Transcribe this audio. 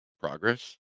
Progress